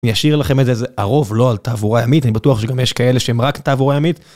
אני אשאיר לכם איזה ערוב, לא על תעבורי עמית, אני בטוח שגם יש כאלה שהם רק תעבורי עמית.